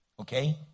okay